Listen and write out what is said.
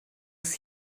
ist